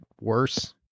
worse